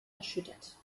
erschüttert